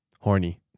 Horny